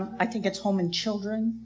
i think it's home and children,